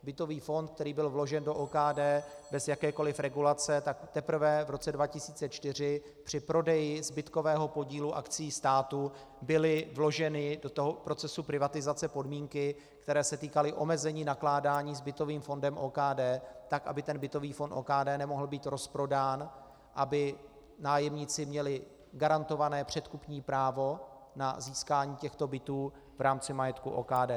Bytový fond, který byl vložen do OKD bez jakékoli regulace, tak teprve v roce 2004 při prodeji zbytkového podílu akcií státu byly vloženy do procesu privatizace podmínky, které se týkaly omezení nakládání s bytovým fondem OKD tak, aby bytový fond OKD nemohl být rozprodán, aby nájemníci měli garantované předkupní právo na získání těchto bytů v rámci majetku OKD.